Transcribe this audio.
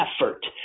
effort